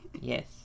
Yes